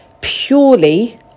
purely